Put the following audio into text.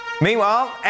Meanwhile